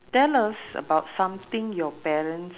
tell us about something your parents